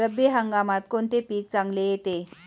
रब्बी हंगामात कोणते पीक चांगले येते?